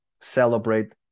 celebrate